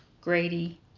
Grady